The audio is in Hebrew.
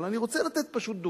אבל אני רוצה פשוט לתת דוגמה,